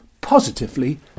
positively